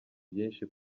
byinshi